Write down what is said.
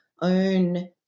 own